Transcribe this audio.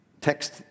text